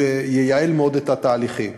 ייעל מאוד את התהליכים.